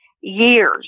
years